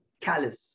callous